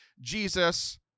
Jesus